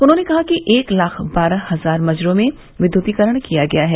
उन्होंने कहा कि एक लाख बारह हजार मजरों में विद्य्तीकरण किया गया है